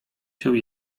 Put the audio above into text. się